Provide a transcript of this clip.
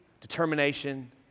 determination